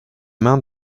mains